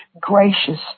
gracious